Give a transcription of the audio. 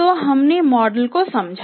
तो हमने मॉडल को समझा